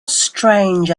strange